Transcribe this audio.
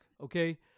okay